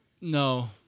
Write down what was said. No